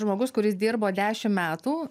žmogus kuris dirbo dešim metų